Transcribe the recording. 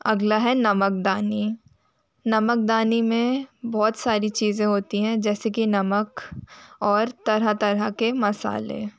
अगला है नमकदानी नमकदानी में बहुत सारी चीज़ें होती हैं जैसे कि नमक और तरह तरह के मसाले